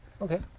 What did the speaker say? Okay